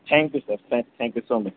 thank you sir thank you so much